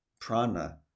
prana